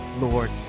Lord